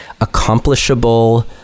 accomplishable